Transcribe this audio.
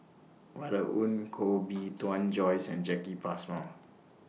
Violet Oon Koh Bee Tuan Joyce and Jacki Passmore